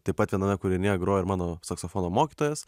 taip pat viename kūrinyje grojo ir mano saksofono mokytojas